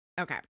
Okay